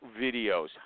videos